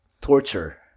torture